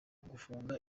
gufunga